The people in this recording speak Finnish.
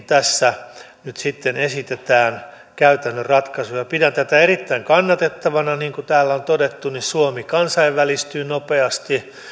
tässä nyt sitten esitetään käytännön ratkaisuja miten ne voisivat toimia pidän tätä erittäin kannatettavana niin kuin täällä on todettu suomi kansainvälistyy nopeasti